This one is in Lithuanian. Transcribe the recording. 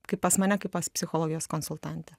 kaip pas mane kaip pas psichologijos konsultantę